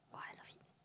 !wah! I love it